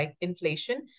inflation